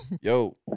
Yo